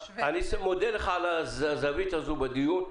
אני מודה לך על הזווית הזו בדיון.